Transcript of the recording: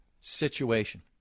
situation